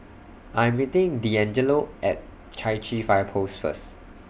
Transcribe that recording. I Am meeting Deangelo At Chai Chee Fire Post First